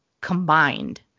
combined